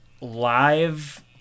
live